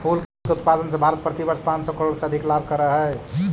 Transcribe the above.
फूल के उत्पादन से भारत प्रतिवर्ष पाँच सौ करोड़ से अधिक लाभ करअ हई